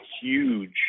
huge